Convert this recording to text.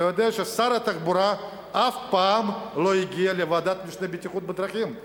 אתה יודע ששר התחבורה אף פעם לא הגיע לוועדת המשנה לבטיחות בדרכים.